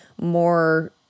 more